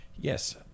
Yes